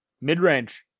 Mid-range